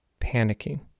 panicking